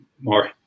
more